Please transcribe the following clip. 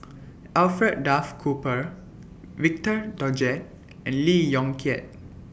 Alfred Duff Cooper Victor Doggett and Lee Yong Kiat